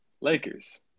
Lakers